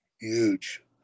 Huge